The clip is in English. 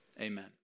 Amen